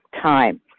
time